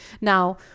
now